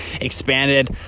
expanded